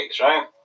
right